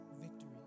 victory